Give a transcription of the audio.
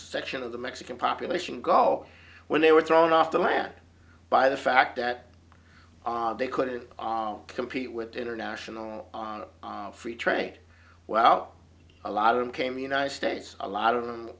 section of the mexican population goal when they were thrown off the land by the fact that they couldn't compete with international free trade well a lot of them came the united states a lot of them